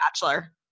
bachelor